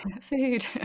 food